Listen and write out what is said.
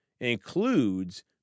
includes